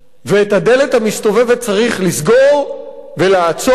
ואת הדלת המסתובבת צריך לסגור ולעצור,